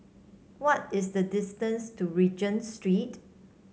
what is the distance to Regent Street